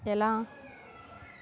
ఎలా